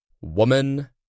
woman